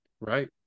Right